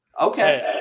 Okay